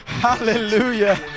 Hallelujah